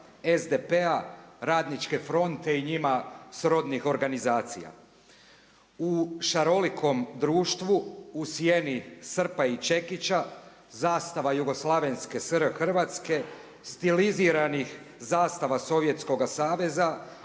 SDP-a, radničke fronte i njima srodnih organizacija. U šarolikom društvu u sjeni srpa i čekića, zastava jugoslavenske SR Hrvatske stiliziranih zastava Sovjetskoga saveza,